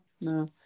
no